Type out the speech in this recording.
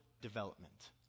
development